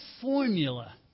formula